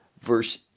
Verse